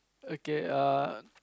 okay err